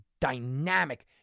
dynamic